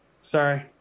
Sorry